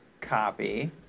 copy